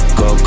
go